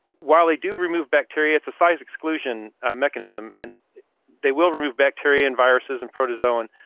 while they do remove bacteria, it's a size exclusion mechanism and they will remove bacteria and viruses and protozoan,